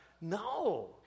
No